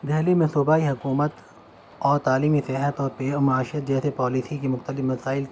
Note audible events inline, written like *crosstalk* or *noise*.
دہلی میں صوبائی حکومت اور تعلیمی صحت اور *unintelligible* معیشت جیسے پالیسی کی مختلف مسائل